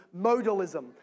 modalism